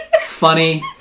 funny